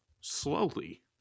slowly